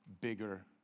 bigger